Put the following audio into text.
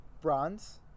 bronze